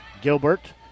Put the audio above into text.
Gilbert